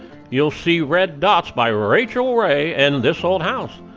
you'll see red dots by rachel ray and this old house.